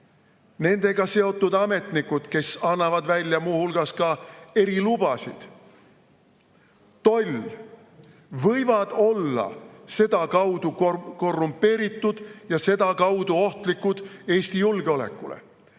nendega seotud ametnikud, kes annavad välja muu hulgas ka erilubasid, toll, võivad olla sedakaudu korrumpeeritud ja sedakaudu ohtlikud Eesti julgeolekule.